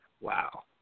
Wow